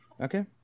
Okay